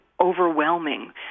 overwhelming